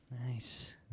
Nice